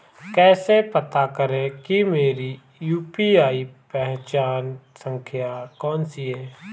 कैसे पता करें कि मेरी यू.पी.आई पहचान संख्या कौनसी है?